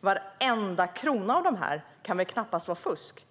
Varenda krona av detta kan det väl knappast ligga fusk bakom?